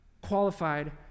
qualified